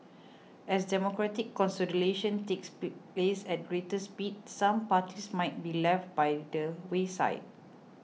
as democratic consolidation takes place at greater speed some parties might be left by the wayside